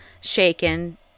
shaken